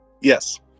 Yes